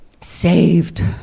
saved